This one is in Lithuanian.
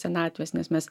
senatvės nes mes